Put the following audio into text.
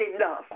love